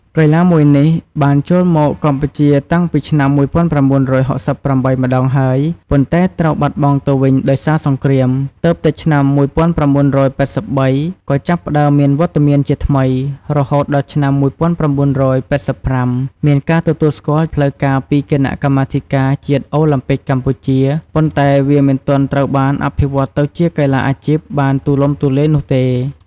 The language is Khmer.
កីឡាមួយនេះបានចូលមកកម្ពុជាតាំងពីឆ្នាំ ១៩៦៨ ម្តងហើយ ប៉ុន្តែត្រូវបាត់បង់ទៅវិញដោយសារសង្គ្រាម ទើបតែឆ្នាំ ១៩៨៣ ក៏ចាប់ផ្ដើមមានវត្តមានជាថ្មី រហូតដល់ឆ្នាំ ១៩៨៥ មានការទទួលស្គាល់ផ្លូវការពីគណៈកម្មាធិការជាតិអូឡាំពិកកម្ពុជា ប៉ុន្តែវាមិនទាន់ត្រូវបានអភិវឌ្ឍទៅជាកីឡាអាជីពបានទូលំទូលាយនោះទេ។ ។